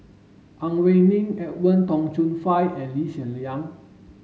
Ang Wei Neng Edwin Tong Chun Fai and Lee Hsien Yang